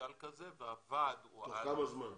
פוטנציאל כזה והוועד הוא --- תוך כמה זמן?